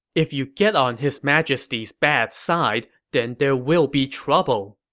if you get on his majesty's bad side, then there will be trouble.